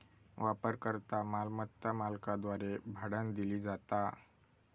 वापरकर्ता मालमत्ता मालकाद्वारे भाड्यानं दिली जाता